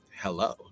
Hello